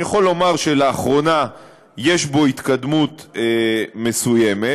אני יכול לומר שלאחרונה יש בו התקדמות מסוימת,